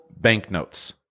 banknotes